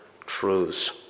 truths